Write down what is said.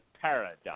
paradox